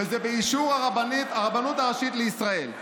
וזה באישור הרבנות לישראל.